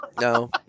No